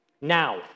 Now